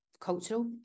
cultural